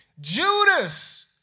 Judas